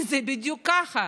כי זה בדיוק כך.